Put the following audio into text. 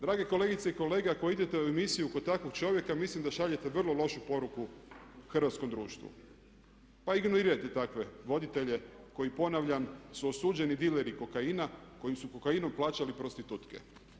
Drage kolegice i kolege, ako idete u emisiju kod takvog čovjeka mislim da šaljete vrlo lošu poruku hrvatskom društvu, pa ignorirajte takve voditelje koji ponavljam su osuđeni dileri kokaina koji su kokainom plaćali prostitutke.